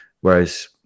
Whereas